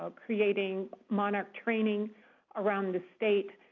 ah creating monarch training around the state.